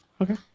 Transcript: Okay